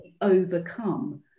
overcome